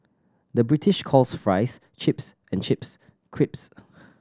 the British calls fries chips and chips crisps